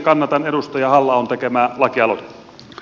kannatan edustaja halla ahon tekemää lakialoitetta